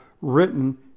written